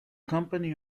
company